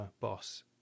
boss